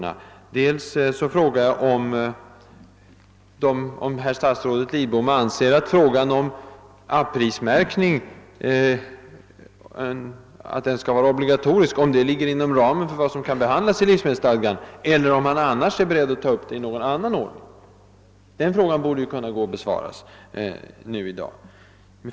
För det första frågade jag om statsrådet Lidbom anser att frågan om den obligatoriska a-prismärkningen ligger inom ramen för vad som kan behandlas i livsmedelsstadgan, eller om man i annat fall är beredd att ta upp saken i någon annan ordning. Den frågan borde ha kunnat besvaras i dag.